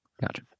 gotcha